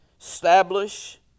establish